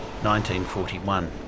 1941